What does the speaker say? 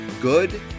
good